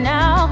now